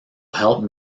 help